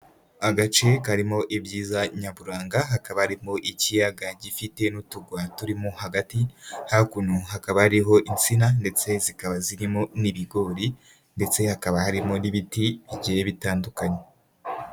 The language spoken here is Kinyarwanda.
Agace karimo ibyiza nyaburanga hakaba harimo ikiyaga gifite n'uturwa turimo hagati, hakuno hakaba hariho insina ndetse zikaba zirimo n'ibigori, ndetse hakaba harimo n'ibiti bigiye bitandukanye.